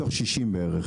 זה מתוך שישים מיליארד.